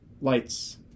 lights